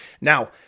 Now